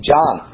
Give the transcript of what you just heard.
John